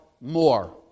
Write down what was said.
more